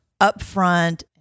upfront